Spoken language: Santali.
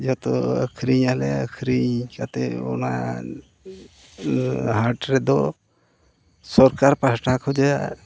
ᱡᱚᱛᱚ ᱟᱹᱠᱷᱨᱤᱧᱟᱞᱮ ᱟᱹᱠᱷᱨᱤᱧ ᱠᱟᱛᱮᱫ ᱚᱱᱟ ᱦᱟᱴ ᱨᱮᱫᱚ ᱥᱚᱨᱠᱟᱨ ᱯᱟᱦᱴᱟ ᱠᱷᱚᱡᱟᱜ